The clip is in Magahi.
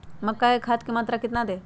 मक्का में खाद की मात्रा कितना दे?